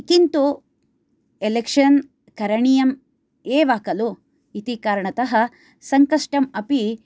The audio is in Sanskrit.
किन्तु एलेक्शन् करणीयम् एव खलु इति कारणतः सङ्कष्टमपि